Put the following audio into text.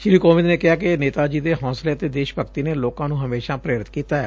ਸ੍ਰੀ ਕੋਵਿੰਦ ਨੇ ਕਿਹਾ ਕਿ ਨੇਤਾ ਜੀ ਦੇ ਹੌਂਸਲੇ ਅਤੇ ਦੇਸ਼ ਭਗਤੀ ਨੇ ਲੋਕਾਂ ਨੂੰ ਹਮੇਸ਼ਾ ਪ੍ਰੇਰਿਤ ਕੀਤੈ